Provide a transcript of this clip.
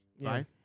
right